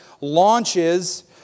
launches